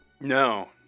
No